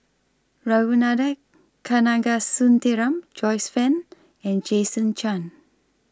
Ragunathar Kanagasuntheram Joyce fan and Jason Chan